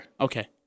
Okay